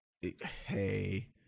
hey